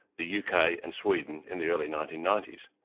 the yeah uk ah and sweden in the early nineteen ninety s.